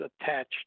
attached